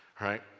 right